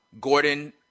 Gordon